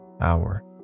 hour